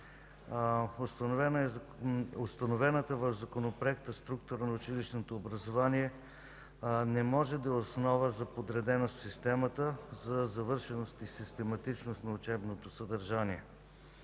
Установената в Законопроекта структура на училищното образование не може да е основа за подреденост в системата за завършеност и систематичност на учебното съдържание.